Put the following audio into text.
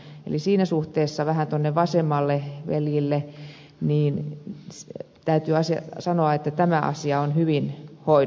eli siinä suhteessa vähän tuonne vasemmalle veljille täytyy sanoa että tämä asia on hyvin hoidossa